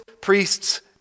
priests